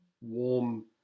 warm